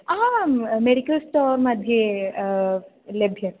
आम् मेडिकल् स्टोर्मध्ये लभ्यते